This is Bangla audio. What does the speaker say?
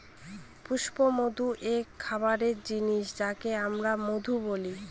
পুষ্পমধু এক খাবারের জিনিস যাকে আমরা মধু বলি